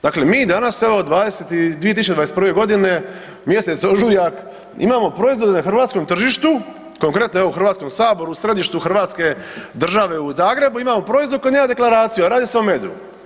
Dakle, mi danas evo 2021.g. mjesec ožujak imamo proizvode na hrvatskom tržištu, konkretno evo u HS, u središtu hrvatske države u Zagrebu imamo proizvod koji nema deklaraciju, a radi se o medu.